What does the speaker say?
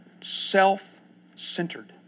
self-centered